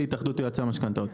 התאחדות יועצי המשכנתאות.